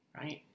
right